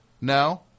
No